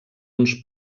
uns